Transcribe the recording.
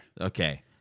okay